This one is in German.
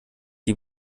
die